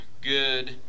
good